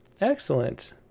Excellent